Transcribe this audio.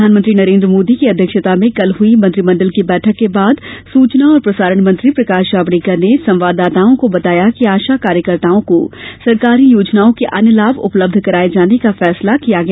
प्रधानमंत्री नरेन्द्र मोदी की अध्यक्षता में कल हई मंत्रिमंडल की बैठक के बाद सचना और प्रसारण मंत्री प्रकाश जावेड़कर ने संवाददाताओं को बताया कि आशा कार्यकर्ताओं को सरकारी योजनाओं के अन्य लाभ उपलब्ध कराये जाने का फैसला लिया गया